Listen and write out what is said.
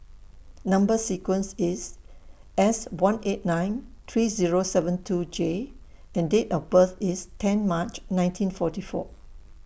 Number sequence IS S one eight nine three Zero seven two J and Date of birth IS ten March nineteen forty four